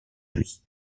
lui